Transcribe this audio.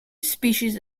species